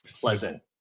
pleasant